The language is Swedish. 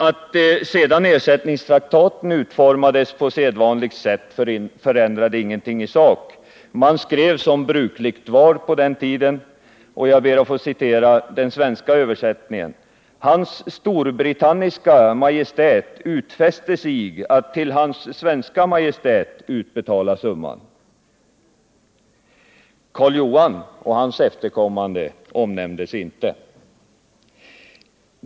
Att sedan ersättningstraktaten utformades på sedvanligt sätt förändrade ingenting i sak. Man skrev som brukligt var på den tiden, och jag ber att få citera den svenska översättningen: Karl Johan och hans efterkommande omnämndes inte.